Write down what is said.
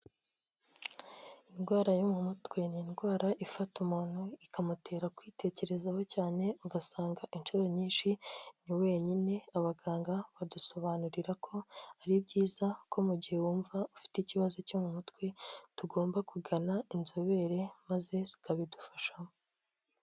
Indwara yo mu mutwe ni indwara ifata umuntu ikamutera kwitekerezaho cyane ugasanga inshuro nyinshi ni wenyine, abaganga badusobanurira ko ari byiza ko mu gihe wumva ufite ikibazo cyo mu mutwe tugomba kugana inzobere maze zikabidufashamo.